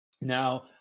Now